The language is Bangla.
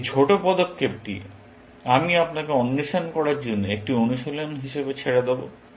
এই ছোট পদক্ষেপটি আমি আপনাকে অন্বেষণ করার জন্য একটি অনুশীলন হিসাবে ছেড়ে দেব